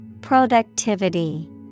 Productivity